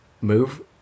move